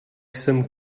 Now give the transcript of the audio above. jsem